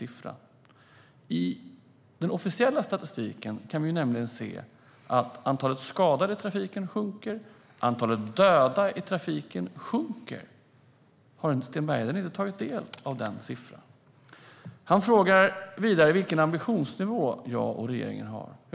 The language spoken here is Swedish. I den officiella statistiken kan vi nämligen se att antalet skadade och dödade i trafiken sjunker. Har Sten Bergheden inte tagit del av dessa siffror? Sten Bergheden frågar vidare vilken ambitionsnivå jag och regeringen har.